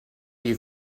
you